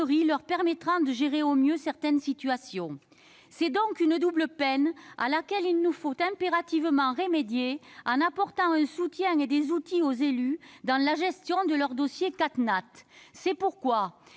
leur permettant de gérer au mieux certaines situations. C'est donc une double peine à laquelle il nous faut impérativement nous attaquer en apportant un soutien et des outils aux élus dans la gestion de leurs dossiers CatNat. C'est pourquoi